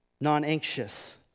non-anxious